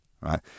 right